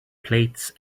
plates